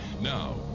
Now